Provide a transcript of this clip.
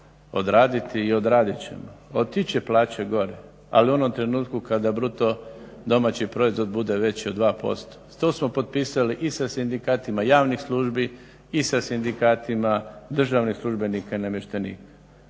odrediti i odradit ćemo. Otići će plaće gore ali u onom trenutku kada bruto domaći proizvod bude veći od 2%. To smo potpisali i sa sindikatima javnih službi i sa sindikatima državnih službenika i namještenika,